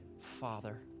Father